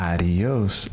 Adios